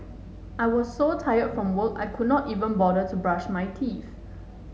I was so tired from work I could not even bother to brush my teeth